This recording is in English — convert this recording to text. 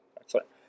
Excellent